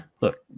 look